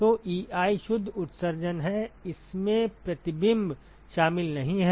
तो Ei शुद्ध उत्सर्जन है इसमें प्रतिबिंब शामिल नहीं है